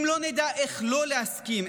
אם לא נדע איך לא להסכים,